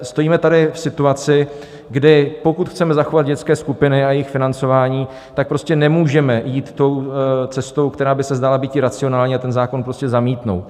Stojíme tady v situaci, kdy pokud chceme zachovat dětské skupiny a jejich financování, tak prostě nemůžeme jít tou cestou, která by se zdála býti racionální, a ten zákon prostě zamítnout.